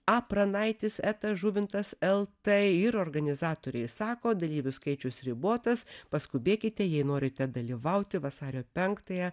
a pranaitis eta žuvintas lt ir organizatoriai sako dalyvių skaičius ribotas paskubėkite jei norite dalyvauti vasario penktąją